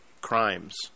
crimes